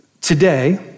Today